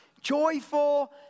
joyful